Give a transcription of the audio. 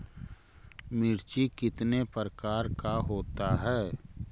मिर्ची कितने प्रकार का होता है?